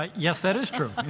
ah yes, that is true.